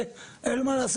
זכאית באופן מלא.